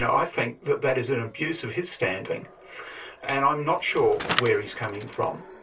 i think that that is an abuse of his standing and i'm not sure where he's coming from.